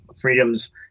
freedoms